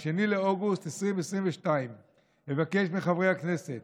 2 באוגוסט 2022. אבקש מחברי הכנסת,